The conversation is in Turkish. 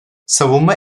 savunma